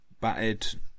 batted